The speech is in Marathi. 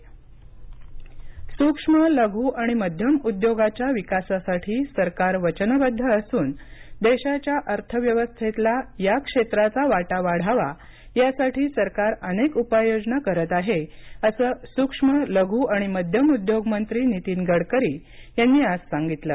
गडकरी सूक्ष्म लघ् आणि मध्यम उद्योगाच्या विकासासाठी सरकार वचनबद्ध असून देशाच्या अर्थव्यवस्थेतला या क्षेत्राचा वाटा वाढावा यासाठी सरकार अनेक उपाययोजना करत आहे असं सूक्ष्म लघु आणि मध्यम उद्योग मंत्री नितीन गडकरी यांनी आज सांगितलं